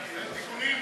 סעיף תקציבי 05,